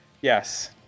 Yes